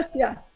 yeah.